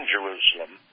Jerusalem